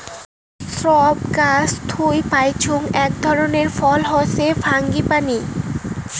shrub গাছ থুই পাইচুঙ আক ধরণের ফুল হসে ফ্রাঙ্গিপানি